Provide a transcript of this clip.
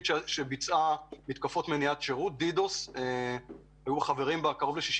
ידוע המקרה של שני